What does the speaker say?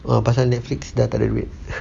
oh pasal Netflix dah takde duit